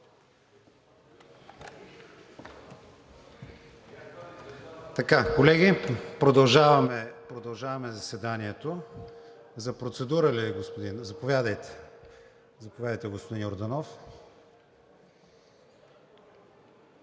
Колеги, продължаваме заседанието. За процедура ли? Заповядайте, господин Йорданов.